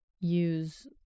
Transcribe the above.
use